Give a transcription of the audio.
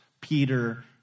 Peter